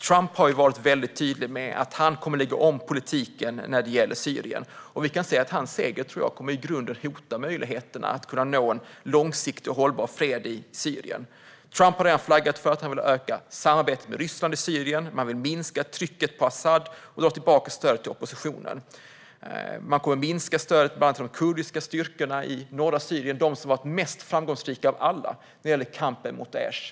Trump har ju varit väldigt tydlig med att han kommer att lägga om politiken när det gäller Syrien, och jag tror att hans seger i grunden kommer att hota möjligheterna att nå en långsiktig och hållbar fred i Syrien. Trump har redan flaggat för att han vill öka samarbetet med Ryssland i Syrien, minska trycket på Asad och dra tillbaka stödet till oppositionen. Man kommer att minska stödet till bland annat de kurdiska styrkorna i norra Syrien - de som varit mest framgångsrika av alla i kampen mot IS.